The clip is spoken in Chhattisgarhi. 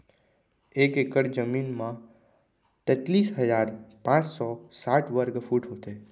एक एकड़ जमीन मा तैतलीस हजार पाँच सौ साठ वर्ग फुट होथे